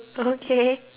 okay